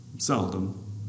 Seldom